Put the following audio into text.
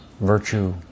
virtue